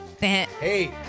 Hey